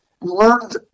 learned